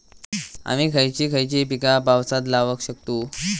आम्ही खयची खयची पीका पावसात लावक शकतु?